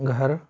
घर